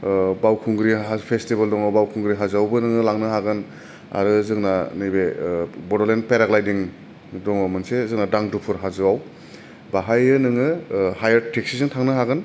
बावखुंग्रि हाजो फेसटिबेल दं बावखुंग्रि हाजोआवबो नों लांनो हागोन आरो जोंना नैबे बडलेण्ड पेरालाइदिं दङ मोनसे जोंना दांदुफुर हाजोआव बाहायो नोङो हायार टेक्सिजों नोङो थांनो हागोन